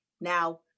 now